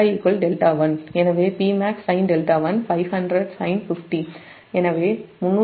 எனவே Pmax sin δ1 500 sin 50 எனவே 383